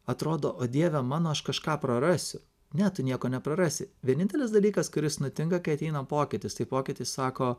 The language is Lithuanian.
atrodo o dieve mano aš kažką prarasiu ne tu nieko neprarasi vienintelis dalykas kuris nutinka kai ateina pokytis tai pokytis sako